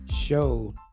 show